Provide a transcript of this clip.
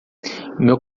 meu